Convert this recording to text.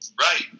Right